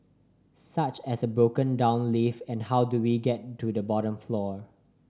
such as a broken down lift and how do we get to the bottom floor